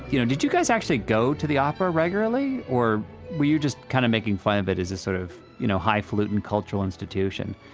you know, did you guys actually go to the opera regularly or were you just kind of making fun of it as a sort of, you know, high-falutin cultural institution?